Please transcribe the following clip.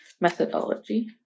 methodology